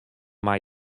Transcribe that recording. mei